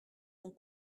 mon